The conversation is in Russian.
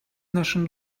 нашим